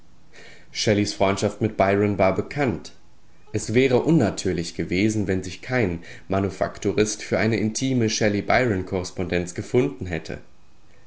shelleys freundschaft mit byron war bekannt es wäre unnatürlich gewesen wenn sich kein manufakturist für eine intime shelley byron korrespondenz gefunden hätte